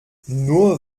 nur